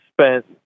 spent